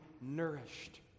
nourished